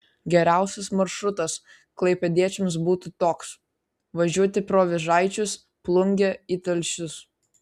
geriausias maršrutas klaipėdiečiams būtų toks važiuoti pro vėžaičius plungę į telšius